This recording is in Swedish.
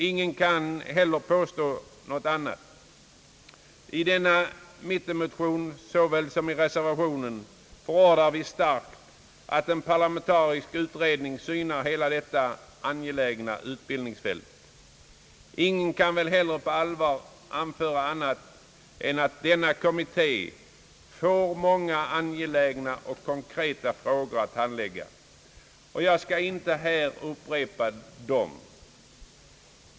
Ingen kan heller påstå något annat. Såväl i denna motion från mittenpartierna som i reservationen förordas starkt, att en parlamentarisk utredning skall syna hela detta angelägna utbildningsfält. Ingen kan väl på allvar anföra annat än att denna kommitté får många angelägna och konkreta frågor att pröva. Jag skall inte här upprepa dem.